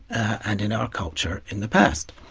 and in our culture in the past.